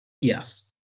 Yes